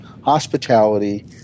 hospitality